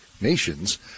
nations